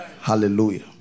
Hallelujah